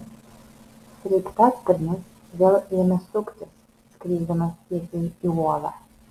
sraigtasparnis vėl ėmė suktis skrisdamas tiesiai į uolą